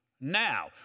now